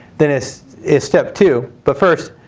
then it's it's step two. but first,